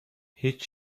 هیچ